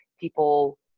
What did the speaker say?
people